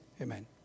amen